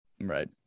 Right